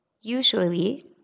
usually